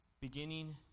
beginning